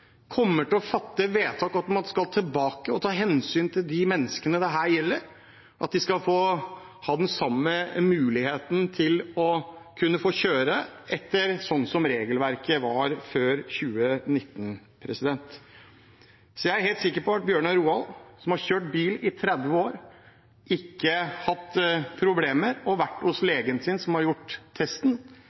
man skal ta hensyn til de menneskene dette gjelder – at de skal ha samme mulighet til å kunne få kjøre som regelverket ga dem fram til 2019. Jeg er helt sikker på at Bjørnar Roald, som har kjørt bil i 30 år, som ikke har hatt problemer, og som har vært hos legen sin som har tatt testen